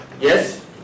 Yes